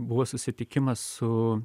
buvo susitikimas su